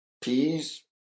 peas